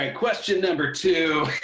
ah question number two.